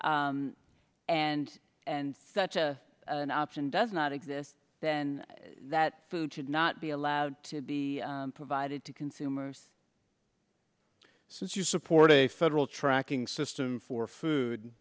and and such a an option does not exist then that food should not be allowed to be provided to consumers since you support a federal tracking system for food